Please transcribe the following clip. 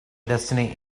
destiny